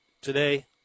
today